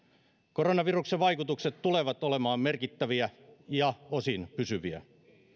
koronaviruksen vaikutukset tulevat olemaan merkittäviä ja osin pysyviä